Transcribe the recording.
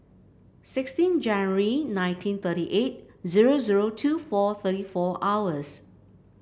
sixteen January nineteen thirty eight zero zero two four thirty four hours